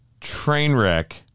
Trainwreck